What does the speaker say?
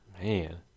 man